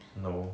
no